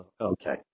Okay